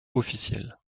officielle